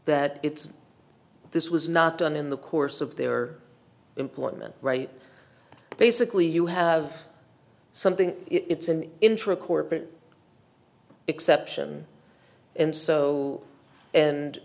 that it's this was not done in the course of their employment right basically you have something it's an intricate exception and so and